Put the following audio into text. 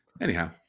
Anyhow